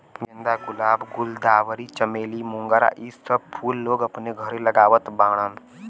गेंदा, गुलाब, गुलदावरी, चमेली, मोगरा इ सब फूल लोग अपने घरे लगावत बाड़न